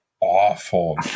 awful